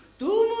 do